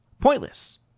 pointless